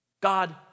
God